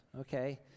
okay